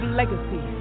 legacy